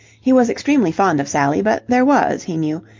he was extremely fond of sally, but there was, he knew,